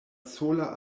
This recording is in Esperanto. sola